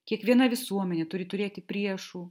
kiekviena visuomenė turi turėti priešų